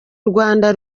rwanda